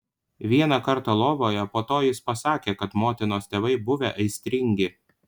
vieną kartą lovoje po to jis pasakė kad motinos tėvai buvę aistringi